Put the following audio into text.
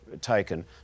taken